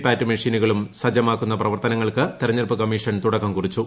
പാറ്റ് മെഷീനുകളും സജ്ജമാക്കുന്ന പ്രവർത്തനങ്ങൾക്ക് തെരഞ്ഞെടുപ്പ് കമ്മീഷൻ തുടക്കം കുറിച്ചു